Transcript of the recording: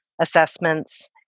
assessments